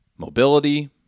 Mobility